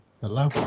hello